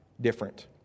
different